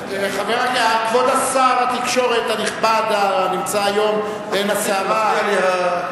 כבוד שר התקשורת הנכבד, הנמצא היום בעין הסערה.